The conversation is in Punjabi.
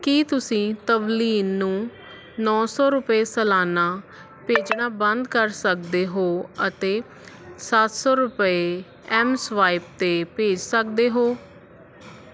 ਕੀ ਤੁਸੀਂ ਤਵਲੀਨ ਨੂੰ ਨੌਂ ਸੌ ਰੁਪਏ ਸਲਾਨਾ ਭੇਜਣਾ ਬੰਦ ਕਰ ਸਕਦੇ ਹੋ ਅਤੇ ਸੱਤ ਸੌ ਰੁਪਏ ਐੱਮ ਸਵਾਇਪ 'ਤੇ ਭੇਜ ਸਕਦੇ ਹੋ